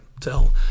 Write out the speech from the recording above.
tell